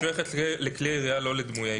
התחמושת משויכת לכלי הירייה ולא לדמוי כלי הירייה.